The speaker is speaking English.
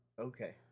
Okay